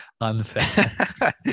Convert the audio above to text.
unfair